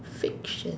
fiction